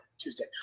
Tuesday